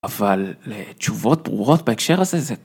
אבל לתשובות ברורות בהקשר הזה זה.